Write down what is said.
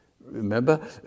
Remember